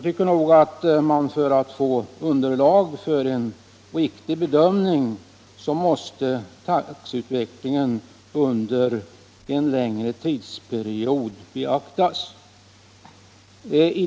För att man skall få underlag för en riktig bedömning måste taxeutvecklingen under en längre tidsperiod beaktas.